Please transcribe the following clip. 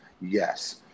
Yes